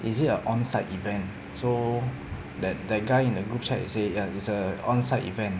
is it a onsite event so that that guy in the group chat they say ya it's a onsite event